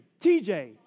TJ